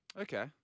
Okay